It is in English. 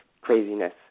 craziness